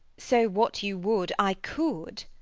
so what you would i could.